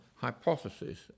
hypothesis